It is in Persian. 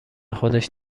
خودش